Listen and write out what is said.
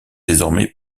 désormais